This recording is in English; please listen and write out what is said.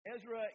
Ezra